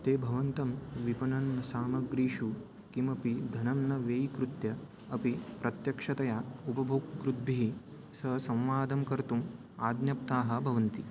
ते भवन्तं विपणं सामग्रीषु किमपि धनं न व्ययीकृत्य अपि प्रत्यक्षतया उपभोक्तृभिः सह संवादं कर्तुम् आज्ञप्ताः भवन्ति